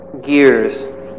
gears